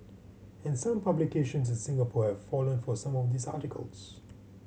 and some publications in Singapore have fallen for some of these articles